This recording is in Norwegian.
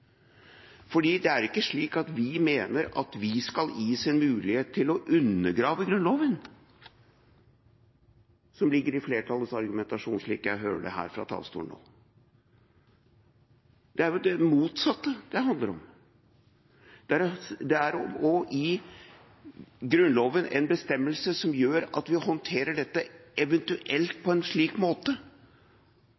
Det er ikke slik at vi mener at vi skal gis en mulighet til å undergrave Grunnloven, som ligger i flertallets argumentasjon, slik jeg hører det fra talerstolen nå. Det er det motsatte det handler om. Det er å gi Grunnloven en bestemmelse som gjør at vi håndterer dette eventuelt